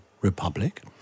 Republic